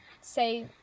say